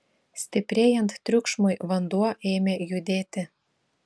stiprėjant triukšmui vanduo ėmė judėti